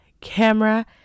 camera